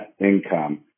income